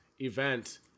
event